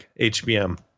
hbm